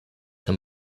than